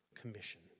commission